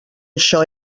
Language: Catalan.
això